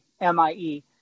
M-I-E